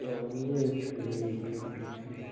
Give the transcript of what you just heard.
चलिए ठीक है देखते हैं